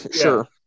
sure